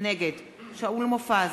נגד שאול מופז,